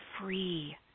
free